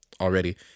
already